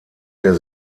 der